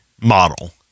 model